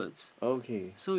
okay